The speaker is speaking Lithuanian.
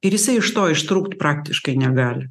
ir jisai iš to ištrūkt praktiškai negali